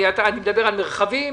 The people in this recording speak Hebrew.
אני מדבר על מרחבים